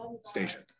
station